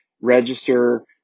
register